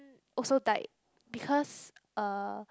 also died because uh